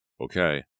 Okay